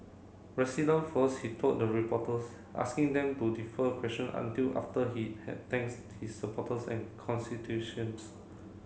resident first he told the reporters asking them to defer question until after he had thanks his supporters and constitutions